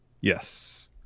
Yes